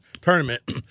tournament